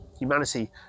Humanity